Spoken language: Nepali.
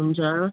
हुन्छ